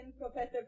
Professor